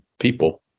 people